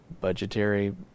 budgetary